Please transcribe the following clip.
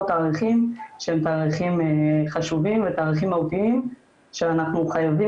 תאריכים שהם תאריכים חשובים ומהותיים שאנחנו חייבים